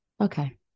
okay